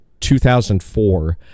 2004